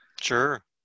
Sure